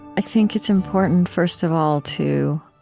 i think it's important, first of all, to